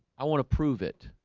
i want to prove it?